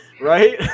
Right